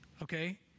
okay